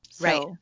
right